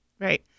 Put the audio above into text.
Right